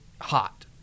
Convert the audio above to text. hot